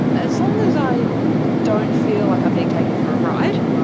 as long as i don't feel like i'm being taken for a ride,